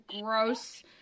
gross